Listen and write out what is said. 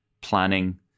planning